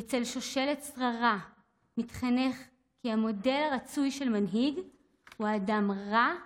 בצל שושלת שררה ומתחנך כי המודל הרצוי של מנהיג הוא אדם רם ונישא,